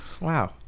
Wow